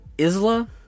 Isla